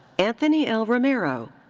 anthony l. romero.